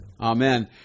Amen